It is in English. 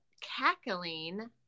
cackling